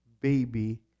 baby